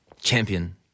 champion